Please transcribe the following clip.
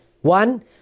One